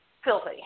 Filthy